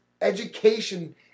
education